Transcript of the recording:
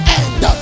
end